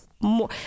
more